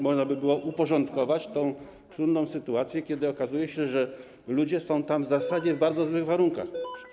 Można by było uporządkować tę trudną sytuację, kiedy okazuje się, że ludzie funkcjonują tam w zasadzie w bardzo złych warunkach.